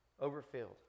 overfilled